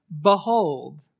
behold